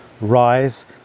rise